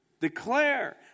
Declare